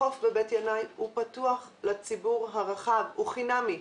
החוף בבית ינאי פתוח לציבור הרחב, הוא חינמי.